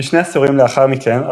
כשני עשורים לאחר מכן,